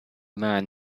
man